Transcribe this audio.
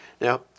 Now